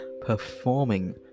performing